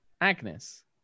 Agnes